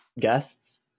guests